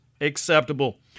acceptable